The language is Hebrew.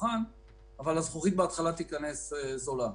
הצרכן אבל הזכוכית בהתחלה תיכנס זולה.